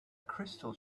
crystal